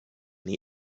the